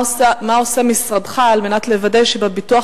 2. מה עושה משרדך על מנת לוודאי שבביטוח